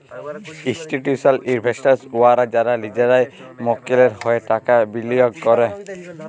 institutional investors উয়ারা যারা লিজেদের মক্কেলের হঁয়ে টাকা বিলিয়গ ক্যরে